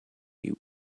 you